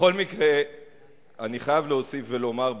בכל מקרה אני חייב להוסיף ולומר,